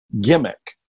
gimmick